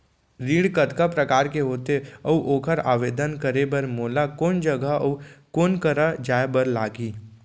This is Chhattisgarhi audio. ऋण कतका प्रकार के होथे अऊ ओखर आवेदन करे बर मोला कोन जगह अऊ कोन करा जाए बर लागही?